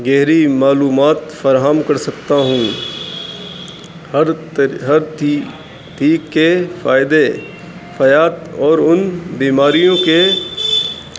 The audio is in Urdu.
گہری معلومات فراہم کر سکتا ہوں ہر ہر ت تھیک کے فائدے فیاد اور ان بیماریوں کے